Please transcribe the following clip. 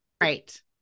Right